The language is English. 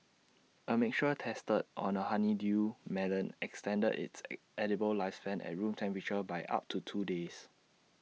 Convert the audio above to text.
A mixture tested on A honeydew melon extended its edible lifespan at room temperature by up to two days